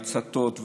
הצתות,